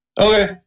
Okay